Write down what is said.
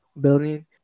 building